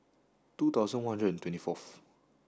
two thousand one hundred and twenty fourth